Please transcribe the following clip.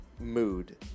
mood